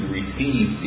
receive